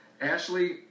Ashley